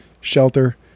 shelter